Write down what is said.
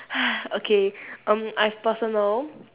okay um I have personal